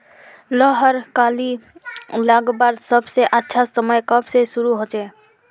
लहर कली लगवार सबसे अच्छा समय कब से शुरू होचए?